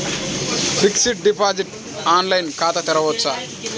Fixed deposit online ఖాతా తెరువవచ్చా?